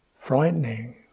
frightening